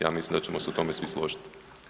Ja mislim da ćemo se u tome svi složiti.